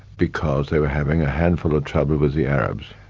because they were having a handful of trouble with the arabs.